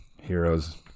heroes